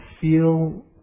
feel